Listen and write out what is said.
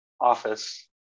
office